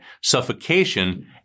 suffocation